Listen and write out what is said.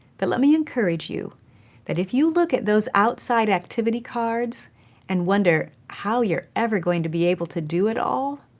but let me encourage you that if you look at those outside activities cards and wonder how you're ever going to be able to do it all,